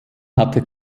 hatte